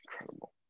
Incredible